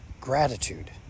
gratitude